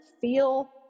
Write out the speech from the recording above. feel